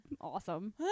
awesome